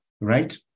right